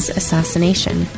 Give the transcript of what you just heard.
assassination